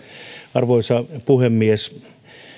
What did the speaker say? arvoisa puhemies